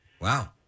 Wow